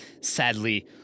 Sadly